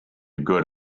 good